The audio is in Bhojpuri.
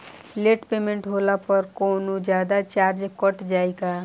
लेट पेमेंट होला पर कौनोजादे चार्ज कट जायी का?